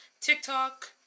TikTok